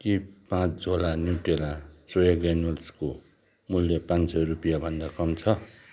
के पाँच झोला न्युट्रेला सोया ग्रेन्युल्सको मूल्य पान सौ रुपियाँभन्दा कम छ